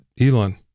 Elon